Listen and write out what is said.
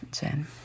Jen